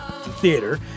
theater